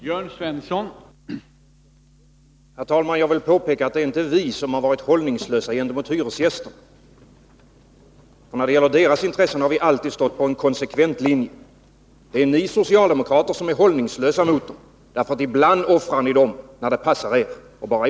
Herr talman! Jag vill påpeka att det inte är vi som varit hållningslösa gentemot hyresgästerna. När det gäller deras intressen har vi alltid följt en konsekvent linje. Det är ni socialdemokrater som är hållningslösa mot dem. Ibland stöder ni dem, men när det passar er offrar ni dem.